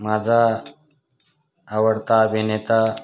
माझा आवडता अभिनेता